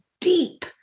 deep